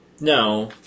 No